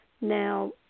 Now